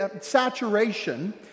saturation